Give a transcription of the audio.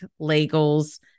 legals